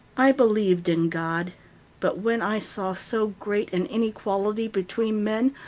i believed in god but when i saw so great an inequality between men,